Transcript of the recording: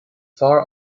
fearr